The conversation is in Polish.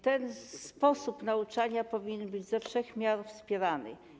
Ten sposób nauczania powinien być ze wszech miar wspierany.